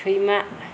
सैमा